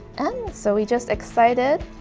and so we just excited